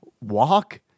walk